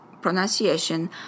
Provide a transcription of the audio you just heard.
pronunciation